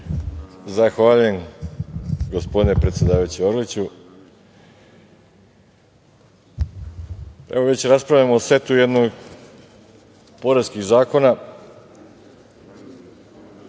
Zahvaljujem, gospodine predsedavajući Orliću. Evo već raspravljamo o setu poreskih zakona,